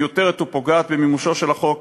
מיותרת ופוגעת במימושו של החוק